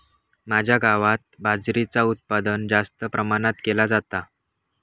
माझ्या गावात बाजरीचा उत्पादन जास्त प्रमाणात केला जाता